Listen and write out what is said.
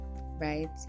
right